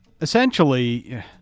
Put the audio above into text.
Essentially